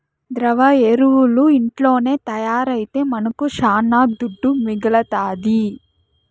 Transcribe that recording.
ద్రవ ఎరువులు ఇంట్లోనే తయారైతే మనకు శానా దుడ్డు మిగలుతాది